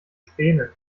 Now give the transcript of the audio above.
späne